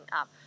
up